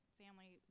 family